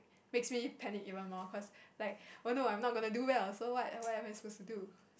makes me panic even more cause like oh no I'm not gonna do well so what what am I supposed to do